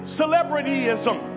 celebrityism